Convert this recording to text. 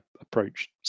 approach